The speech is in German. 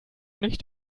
nicht